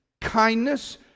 kindness